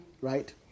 Right